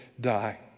die